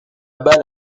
balle